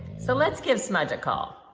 so let's give some large call.